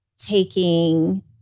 taking